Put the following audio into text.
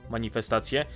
Manifestacje